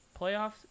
playoffs